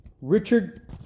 Richard